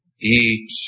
Eat